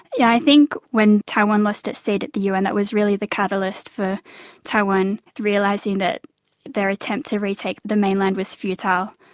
yeah i think when taiwan lost its seat at the un it was really the catalyst for taiwan realising that their attempt to retake the mainland was futile.